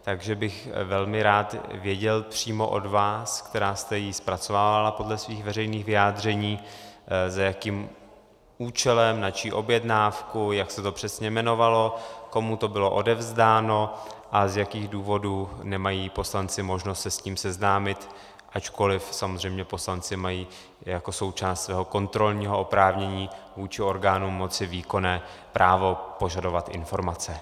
Takže bych velmi rád věděl přímo od vás, která jste ji zpracovávala podle svých veřejných vyjádření, za jakým účelem, na čí objednávku, jak se to přesně jmenovalo, komu to bylo odevzdáno a z jakých důvodů nemají poslanci možnost se s tím seznámit, ačkoliv samozřejmě poslanci mají jako součást svého kontrolního oprávnění vůči orgánům moci výkonné právo požadovat informace.